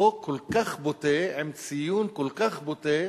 חוק כל כך בוטה, עם ציון כל כך בוטה